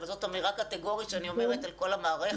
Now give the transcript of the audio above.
אבל זאת אמירה קטגורית שאני אומרת על כל המערכת.